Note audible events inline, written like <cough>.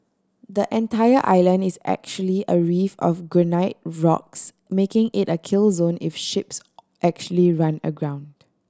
the entire island is actually a reef of granite rocks making it a kill zone if ships <hesitation> actually run aground